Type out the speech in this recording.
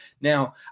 Now